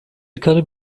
yukarı